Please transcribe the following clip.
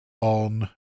on